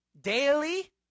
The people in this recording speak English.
daily